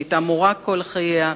היא היתה מורה כל חייה,